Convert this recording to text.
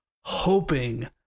hoping